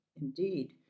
indeed